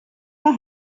her